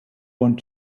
want